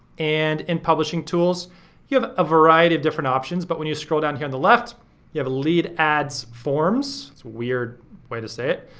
and in publishing tools you have a variety of different options, but when you scroll down here on the left you have a lead ads forms. it's a weird way to say it.